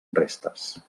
restes